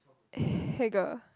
hey gal